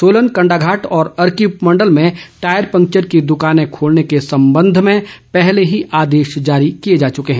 सोलन कंडाघाट और अर्की उपमंडल में टायर पंक्वर की दुकाने खोलने के संबंध में पहले ही आदेश जारी किए जा चुके हैं